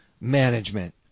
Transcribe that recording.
management